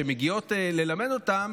שמגיעות ללמד אותם,